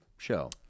Show